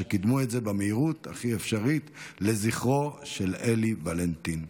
שקידמו את זה במהירות האפשרית לזכרו של אלי ולנטין.